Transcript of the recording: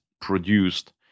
produced